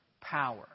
power